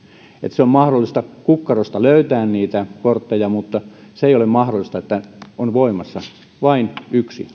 että on mahdollista kukkarosta löytää niitä kortteja mutta se ei ole mahdollista että on voimassa enemmän kuin vain yksi